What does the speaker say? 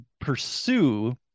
pursue